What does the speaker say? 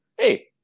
hey